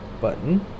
button